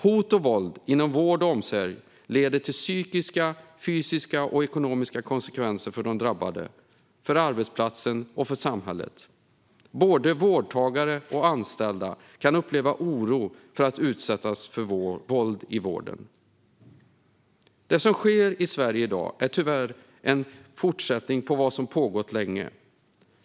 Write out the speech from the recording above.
Hot och våld inom vård och omsorg leder till psykiska, fysiska och ekonomiska konsekvenser för den drabbade, arbetsplatsen och samhället. Både vårdtagare och anställda kan uppleva oro för att utsättas för våld i vården. Det som sker i Sverige i dag är tyvärr en fortsättning på vad som pågått länge.